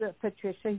Patricia